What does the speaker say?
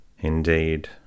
Indeed